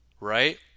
right